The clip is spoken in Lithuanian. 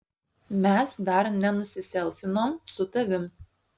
mes dar nenusiselfinom su tavim